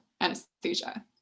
anesthesia